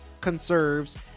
conserves